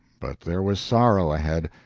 but there was sorrow ahead.